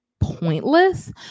pointless